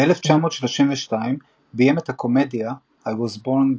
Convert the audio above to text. ב-1932 ביים את הקומדיה "...I Was Born,